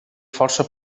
força